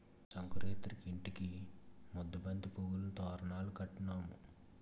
సంకురేతిరికి ఇంటికి ముద్దబంతి పువ్వులను తోరణాలు కట్టినాము